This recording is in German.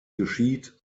geschieht